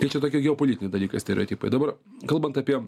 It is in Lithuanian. tai čia tokie geopolitiniai dalykai stereotipai dabar kalbant apie